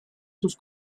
sus